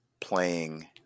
playing